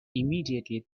immediately